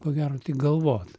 ko gero tik galvot